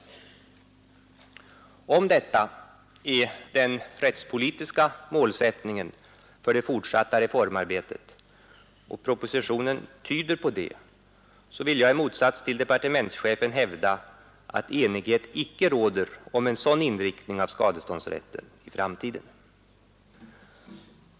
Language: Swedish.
Om detta är den rättspolitiska målsättningen för det fortsatta reformarbetet — och propositionen tyder på det — vill jag, i motsats till departementschefen, hävda att enighet icke råder om en sådan inriktning av skadeståndsrätten i framtiden.